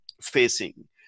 facing